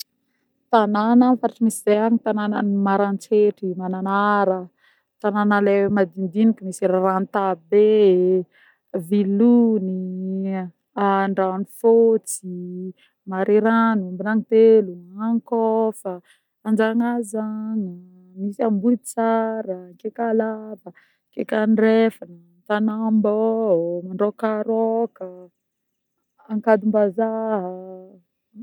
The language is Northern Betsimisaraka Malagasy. Tanagna amin'ny faritry misy zeh agny: tananan'ny Maroantsetra, Mananara, tanana le madinidiniky misy Rantabe, Vilony, Andranofôtsy, Marerano, Ambinagny telo, Ankôfa, Anjanazagna, misy Ambohitsara, Akekalava, Akeka andrefagna, Tanambô, Mandrôkarôka, Ankadimbazaha.